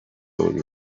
uyu